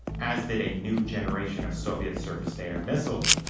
as did a new generation of soviet surface-to-air missiles.